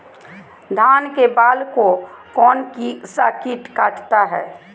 धान के बाल को कौन सा किट काटता है?